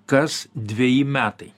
kas dveji metai